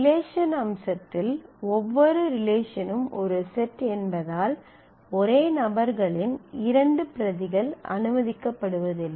relation அம்சத்தில் ஒவ்வொரு ரிலேஷனும் ஒரு செட் என்பதால் ஒரே நபர்களின் இரண்டு பிரதிகள் அனுமதிக்கப்படுவதில்லை